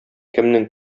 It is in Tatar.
кемнең